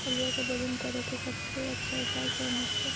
आलुआ के वजन करेके सबसे अच्छा उपाय कौन होतई?